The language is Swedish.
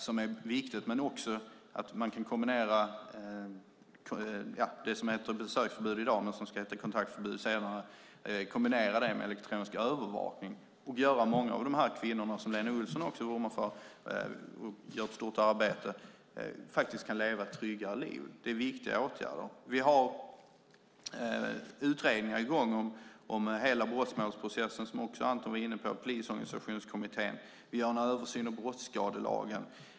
Det är viktigt, liksom att man kan kombinera det som i dag heter besöksförbud - men som senare ska heta kontaktförbud - med elektronisk övervakning, vilket gör att många av de kvinnor som också Lena Olsson vurmar för och gör ett stort arbete för kan leva ett tryggare liv. Det är viktiga åtgärder. Vi har utredningar i gång om hela brottsmålsprocessen, som Anton också var inne på, och vi har Polisorganisationskommittén. Vi gör en översyn av brottsskadelagen.